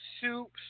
soups